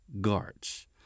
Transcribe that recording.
guards